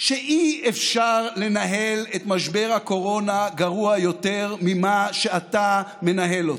שאי-אפשר לנהל את משבר הקורונה גרוע יותר ממה שאתה מנהל אותו.